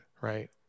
right